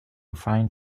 find